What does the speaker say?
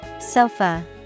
Sofa